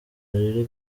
riri